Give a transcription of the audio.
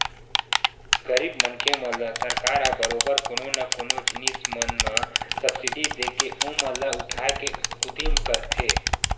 गरीब मनखे मन ल सरकार ह बरोबर कोनो न कोनो जिनिस मन म सब्सिडी देके ओमन ल उठाय के उदिम करथे